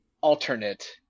alternate